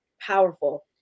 powerful